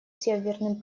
северным